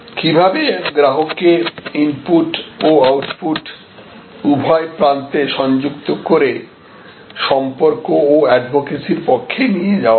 কিভাবে গ্রাহককে ইনপুট ও আউটপুট উভয় প্রান্তে সংযুক্ত করে সম্পর্ক ও এডভোকেসির পক্ষে নিয়ে যাওয়া যায়